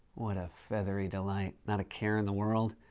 what a feathery delight. not a care in the world.